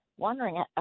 Wondering